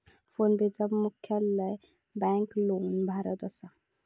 फोनपेचा मुख्यालय बॅन्गलोर, भारतात असा